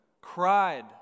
cried